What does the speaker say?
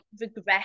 regret